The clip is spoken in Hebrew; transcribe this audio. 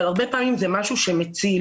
הרבה פעמים זה משהו שמציל.